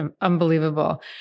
unbelievable